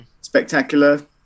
spectacular